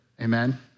Amen